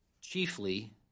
Chiefly